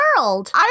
world